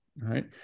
right